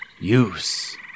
use